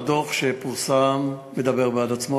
הדוח שפורסם מדבר בעד עצמו,